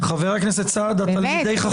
באמת,